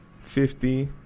fifty